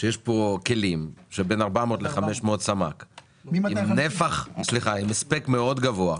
שיש פה כלים בין 400 ל-500 סמ"ק עם הספק מאוד גבוה,